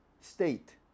state